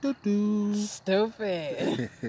Stupid